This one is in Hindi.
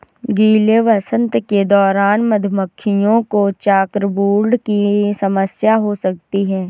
गीले वसंत के दौरान मधुमक्खियों को चॉकब्रूड की समस्या हो सकती है